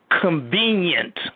convenient